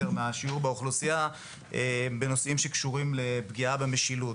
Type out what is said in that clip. מהשיעור באוכלוסייה בנושאים שקשורים לפגיעה במשילות.